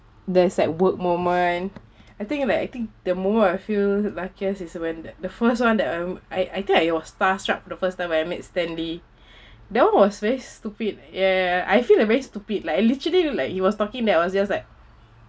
there's like work moment I think like I think the moment I feel luckiest is when that the first [one] that I would I I think I it was star-struck the first time I met stan lee that [one] was very stupid ya ya ya I feel like very stupid like literally like he was talking there it was just like